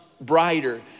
brighter